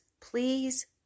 please